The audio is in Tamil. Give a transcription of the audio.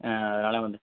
ஆ அதனால் வந்து